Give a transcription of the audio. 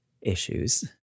issues